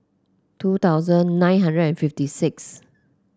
two thousand nine hundred and fifty six